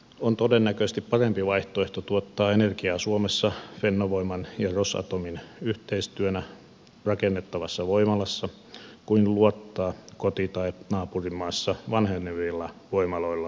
on todennäköisesti parempi vaihtoehto tuottaa energiaa suomessa fennovoiman ja rosatomin yhteistyönä rakennettavassa voimalassa kuin luottaa koti tai naapurimaassa vanhenevilla voimaloilla tuotettuun sähköön